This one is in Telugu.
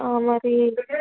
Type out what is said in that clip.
ఆ మరి